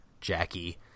Jackie